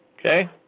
Okay